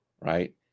right